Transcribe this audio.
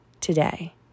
today